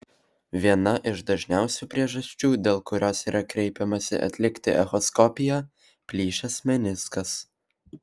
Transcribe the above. viena iš dažniausių priežasčių dėl kurios yra kreipiamasi atlikti echoskopiją plyšęs meniskas